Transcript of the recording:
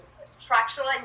structural